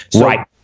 Right